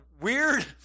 weird